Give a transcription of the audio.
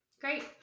Great